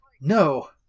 No